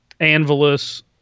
Anvilus